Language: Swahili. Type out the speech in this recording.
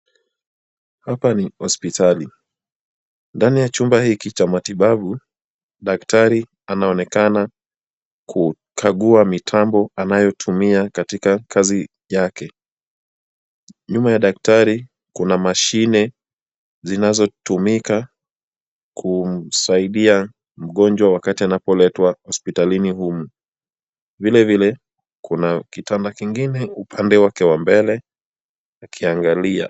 Hapa ni hospitali. Ndani ya chumba hiki cha matibabu, daktari anaonekana kukagua mitambo anayotumia katika kazi yake. Nyuma ya daktari kuna mashine zinazotumika kumsaidia mgonjwa wakati anapoletwa hospitalini humu. Vilevile, kuna kitanda kingine upande wa mbele, akiangalia.